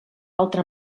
altre